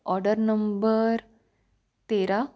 order number तेरा